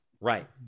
right